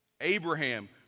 Abraham